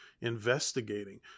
Investigating